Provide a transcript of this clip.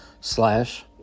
slash